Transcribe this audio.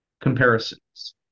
comparisons